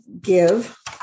give